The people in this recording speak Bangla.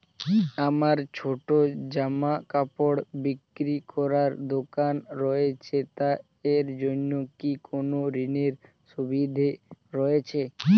আমার ছোটো জামাকাপড় বিক্রি করার দোকান রয়েছে তা এর জন্য কি কোনো ঋণের সুবিধে রয়েছে?